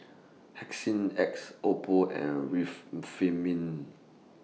X Oppo and Reef